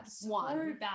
One